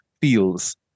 feels